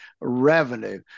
revenue